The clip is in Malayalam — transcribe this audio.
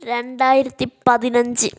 രണ്ടായിരത്തി പതിനഞ്ച്